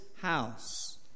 house